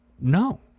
no